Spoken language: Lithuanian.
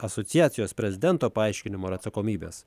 asociacijos prezidento paaiškinimo ir atsakomybės